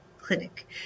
clinic